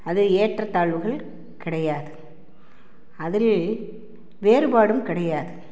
அதில் ஏற்றத்தாழ்வுகள் கிடையாது அதில் வேறுபாடும் கிடையாது